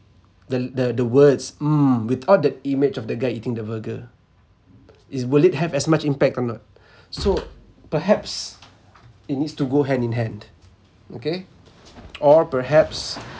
the the the words mm without the image of the guy eating the burger is will it have as much impact or not so perhaps it needs to go hand in hand okay or perhaps